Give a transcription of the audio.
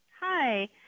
Hi